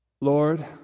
Lord